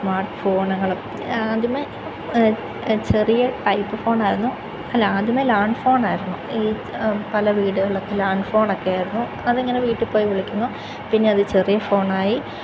smart ഫോണുകൾ ആദ്യമേ ചെറിയ ടൈപ്പ് ഫോൺ ആയിരുന്നു അല്ല ആദ്യമേ ലാൻഡ് ഫോൺ ആയിരുന്നു ഈ പല വീടുകളിലൊക്കെ ലാൻഡ് ഫോൺ ഒക്കെയായിരുന്നു അതിങ്ങനെ വീട്ടിൽ പോയി വിളിക്കുന്നു പിന്നെ അത് ചെറിയ ഫോൺ ആയി